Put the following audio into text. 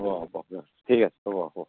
হ'ব হ'ব ঠিক আছে হ'ব হ'ব